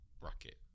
bracket